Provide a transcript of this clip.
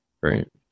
Right